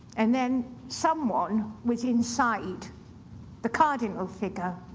and then someone was inside the cardinal figure.